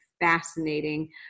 fascinating